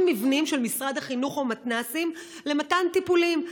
מבנים של משרד החינוך או מתנ"סים למתן טיפולים,